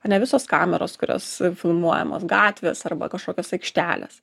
ane visos kameros kurios filmuojamos gatvės arba kažkokios aikštelės